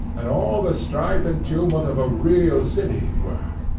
and all the strife and tumult of a real city were.